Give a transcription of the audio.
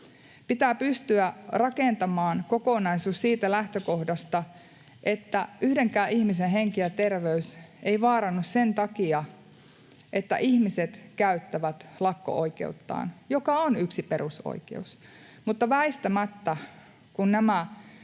Pitää pystyä rakentamaan kokonaisuus siitä lähtökohdasta, että yhdenkään ihmisen henki ja terveys eivät vaarannu sen takia, että ihmiset käyttävät lakko-oikeuttaan, joka on yksi perusoikeus. Mutta väistämättä, kun nämä